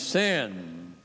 san